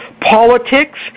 politics